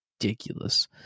Ridiculous